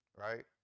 right